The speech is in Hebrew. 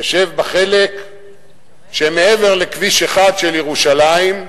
שיושב בחלק שמעבר לכביש 1 של ירושלים,